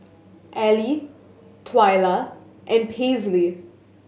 Ally Twyla and Paisley